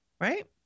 Right